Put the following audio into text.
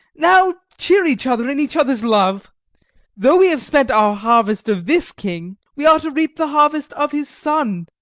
now cheer each other in each other's love though we have spent our harvest of this king, we are to reap the harvest of his son.